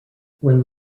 when